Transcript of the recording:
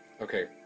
Okay